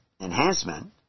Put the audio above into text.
enhancement